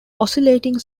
oscillating